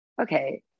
okay